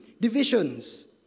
Divisions